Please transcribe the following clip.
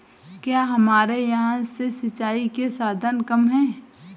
क्या हमारे यहाँ से सिंचाई के साधन कम है?